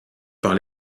par